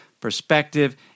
perspective